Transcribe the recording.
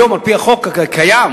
היום על-פי החוק הקיים,